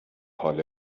حال